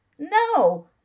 No